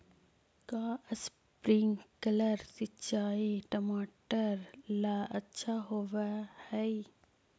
का स्प्रिंकलर सिंचाई टमाटर ला अच्छा होव हई?